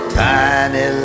tiny